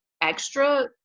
extra